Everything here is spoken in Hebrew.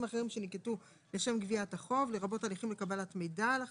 אחרים שננקטו לשם גביית החוב לרבות הליכים על קבלת מידע על החייב,